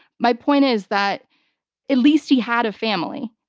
my point is that at least he had a family.